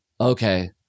Okay